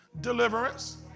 deliverance